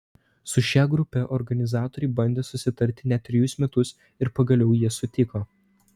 su šia grupe organizatoriai bandė susitarti net trejus metus ir pagaliau jie sutiko